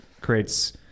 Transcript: creates